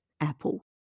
apple